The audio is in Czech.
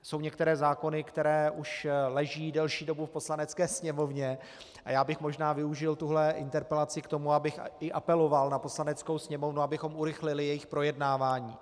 Jsou některé zákony, které už leží delší dobu v Poslanecké sněmovně, a já bych možná využil tuhle interpelaci k tomu, abych i apeloval na Poslaneckou sněmovnu, abychom urychlili jejich projednávání.